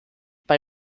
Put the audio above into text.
bei